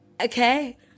Okay